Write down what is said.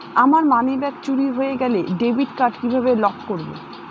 আমার মানিব্যাগ চুরি হয়ে গেলে ডেবিট কার্ড কিভাবে লক করব?